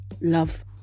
Love